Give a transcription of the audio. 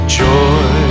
joy